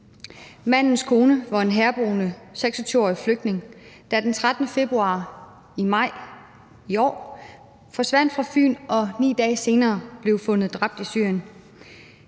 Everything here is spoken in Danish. Mandens kone var en herboende 26-årig flygtning, der den 13. februar i år forsvandt fra Fyn og 9 dage senere blev fundet dræbt i Syrien.